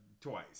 twice